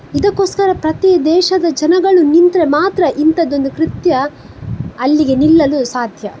ಇದಕ್ಕೋಸ್ಕರ ಪ್ರತಿ ದೇಶದ ಜನಗಳು ನಿಂತರೆ ಮಾತ್ರ ಇಂಥದೊಂದು ಕೃತ್ಯ ಅಲ್ಲಿಗೆ ನಿಲ್ಲಲು ಸಾಧ್ಯ